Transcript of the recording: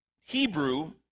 Hebrew